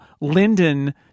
linden